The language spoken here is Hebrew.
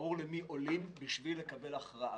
ברור למי עולים בשביל לקבל הכרעה.